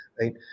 right